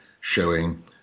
showing